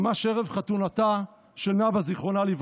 ממש ערב חתונתה של נאוה ז"ל.